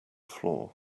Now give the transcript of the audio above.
floor